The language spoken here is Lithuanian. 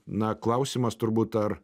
na klausimas turbūt ar